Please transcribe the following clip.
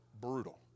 brutal